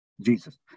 Jesus